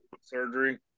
surgery